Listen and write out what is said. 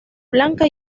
blanca